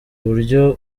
buryo